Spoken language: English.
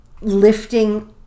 lifting